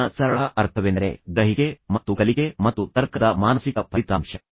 ಅರಿವಿನ ಸರಳ ಅರ್ಥವೆಂದರೆ ಗ್ರಹಿಕೆ ಮತ್ತು ಕಲಿಕೆ ಮತ್ತು ತರ್ಕದ ಮಾನಸಿಕ ಫಲಿತಾಂಶ